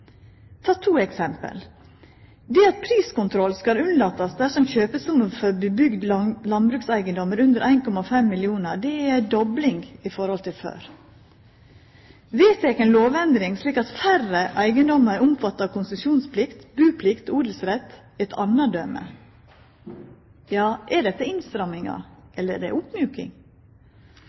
ta to eksempel. Det at priskontroll skal unnlatast dersom kjøpesummen for bebygd landbrukseigedom er under 1,5 mill. kr, er ei dobling i forhold til før. Vedteken lovendring slik at færre eigedommar er omfatta av konsesjonsplikt, buplikt og odelsrett, er eit anna døme. Ja, er dette innstrammingar eller oppmjuking? Det